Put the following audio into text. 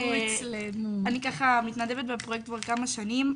אני ככה מתנדבת בפרויקט כבר כמה שנים,